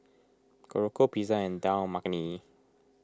Korokke Pizza and Dal Makhani